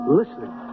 listening